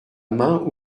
main